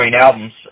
albums